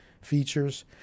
features